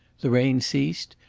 the rain ceased,